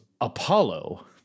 Apollo